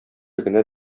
генә